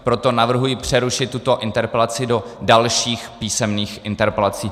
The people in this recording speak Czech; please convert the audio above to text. Proto navrhuji přerušit tuto interpelaci do dalších písemných interpelací.